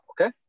Okay